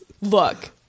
Look